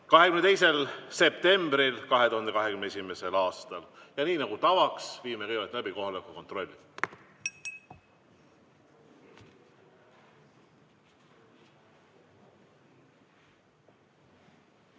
22. septembril 2021. aastal. Ja nii nagu tavaks, viime kõigepealt läbi kohaloleku kontrolli.